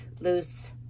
loose